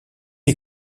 est